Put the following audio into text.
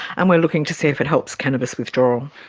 and we are looking to see if it helps cannabis withdrawal.